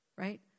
Right